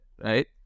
right